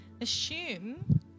assume